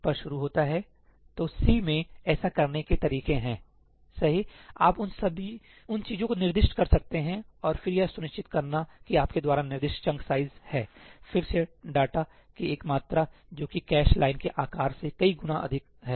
तो सी में ऐसा करने के तरीके हैंसहीआप उन चीजों को निर्दिष्ट कर सकते हैं और फिर यह सुनिश्चित करना कि आपके द्वारा निर्दिष्ट चंक साइज है फिर से डेटा की एक मात्रा जो कि कैश लाइन के आकार से कई गुना अधिक है